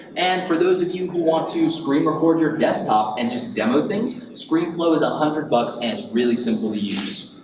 and for those of you who want to screen-record your desktop and just demo things, screenflow is one hundred bucks and it's really simple to use.